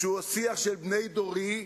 שהוא השיח של בני דורי,